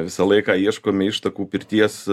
visą laiką ieškome ištakų pirties